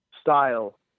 style